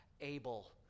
Abel